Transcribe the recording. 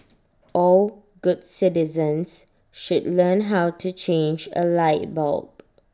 all good citizens should learn how to change A light bulb